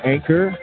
Anchor